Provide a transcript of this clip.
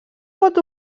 pot